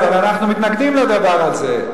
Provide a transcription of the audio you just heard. דיברו על זה, אבל אנחנו מתנגדים לדבר הזה.